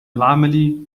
العمل